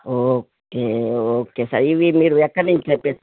okay okay sir ఇవి మీరు ఎక్కడి నుంచి తెప్పిస్తారు